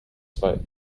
zwei